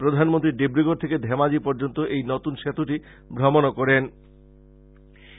প্রধানমন্ত্রী ডিবুগড় থেকে ধেমাজী পর্যন্ত এই নতুন সেতুটি ভ্রমনও করেন